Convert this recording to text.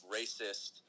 racist